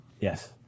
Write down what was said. Yes